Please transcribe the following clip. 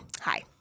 hi